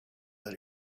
that